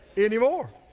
anymore.